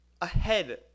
ahead